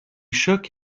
chocs